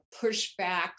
pushback